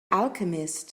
alchemist